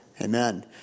Amen